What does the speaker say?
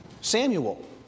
Samuel